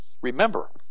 Remember